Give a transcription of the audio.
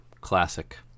Classic